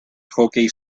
hockey